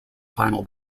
final